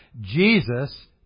Jesus